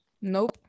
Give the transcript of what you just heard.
Nope